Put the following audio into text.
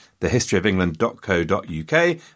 thehistoryofengland.co.uk